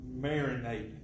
marinate